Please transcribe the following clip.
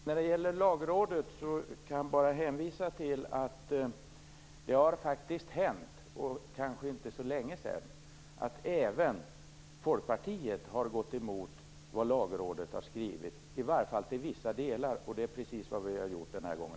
Fru talman! När det gäller Lagrådet kan jag bara hänvisa till att det faktiskt har hänt, kanske inte heller för så länge sedan, att även Folkpartiet har gått emot sådant som Lagrådet har skrivit, i varje fall i vissa delar. Det är precis vad också vi har gjort den här gången.